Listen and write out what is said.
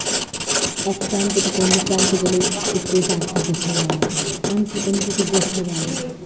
এক প্রান্ত থেকে অন্য প্রান্ত গেলেও একটুও জার্কিং বোঝা যায় না মানুষের কোনো কিছু বোঝা যায় না